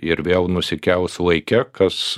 ir vėl nusikels laike kas